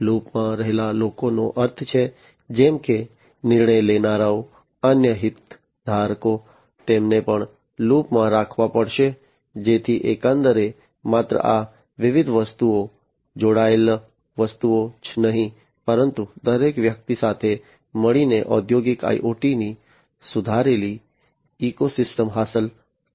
લૂપમાં રહેલા લોકોનો અર્થ છે જેમ કે નિર્ણય લેનારાઓ અન્ય હિતધારકો તેમને પણ લૂપમાં રાખવા પડશે જેથી એકંદરે માત્ર આ વિવિધ વસ્તુઓ જોડાયેલ વસ્તુઓ જ નહીં પરંતુ દરેક વ્યક્તિ સાથે મળીને ઔદ્યોગિક IoTની સુધારેલી ઇકોસિસ્ટમ હાંસલ કરી શકે